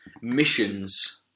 missions